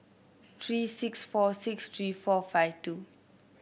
three six four six three four five two